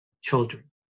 children